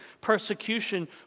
persecution